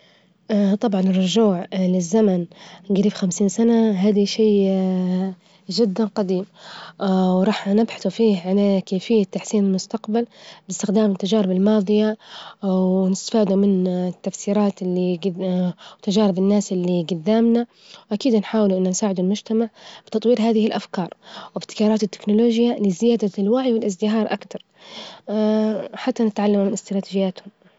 طبعا الرجوع للزمن جريب خمسين سنة هذي شي جدا جديم وراح نبحث فيه على كيفية تحسين المستجبل باستخدام التجارب الماظية؟ والاستفادة من التفسيرات إللي جد- وتجارب الناس إللي جدامنا، أكيد نحاولوا إنه نساعد المجتمع بتطوير هذه الأفكار وابتكارات التكنولوجيا لزيادة الوعي والإزدهار أكتر، حتى نتعلم من استراتيجياتهم.